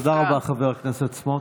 תודה רבה, חבר הכנסת סמוטריץ'.